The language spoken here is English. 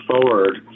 forward